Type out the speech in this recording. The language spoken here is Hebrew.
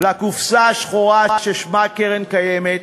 בא החוקר או השוטר וטוען שלא הופעלו אמצעים פסולים,